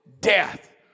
death